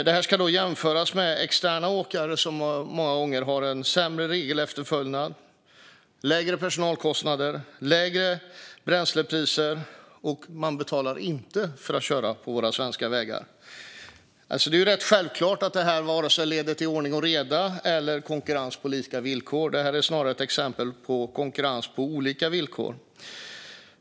Det ska jämföras med externa åkare, som många gånger har sämre regelefterlevnad, lägre personalkostnader och lägre bränslekostnader och som inte betalar för att köra på våra svenska vägar. Det är rätt självklart att detta varken leder till ordning och reda eller till konkurrens på lika villkor. Detta är snarare ett exempel på konkurrens på olika villkor.